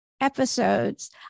episodes